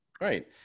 Right